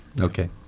Okay